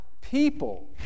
people